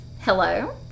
hello